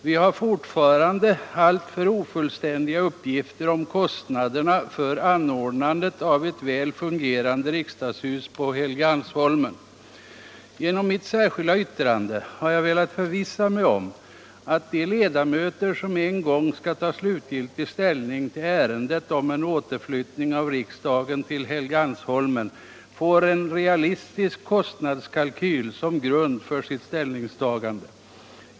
Vi har fortfarande alltför ofullständiga uppgifter om kostnaderna för anordnandet av ett väl fungerande riksdagshus på Helgeandsholmen. Genom mitt särskilda yttrande har jag velat förvissa mig om att de ledamöter som en gång skall ta slutgiltig ställning till ärendet om en återflyttning av riksdagen till Helgeandsholmen får en realistisk kostnadskalkyl som grund för sitt ställningstagande.